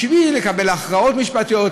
בשביל לקבל הכרעות משפטיות,